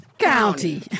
County